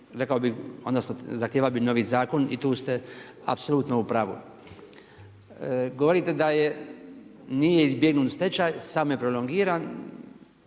rekao bi, zahtijeva novi zakon i tu ste apsolutno u pravu. Govorite da nije izbjegnut stečaj, amo je prolongiran,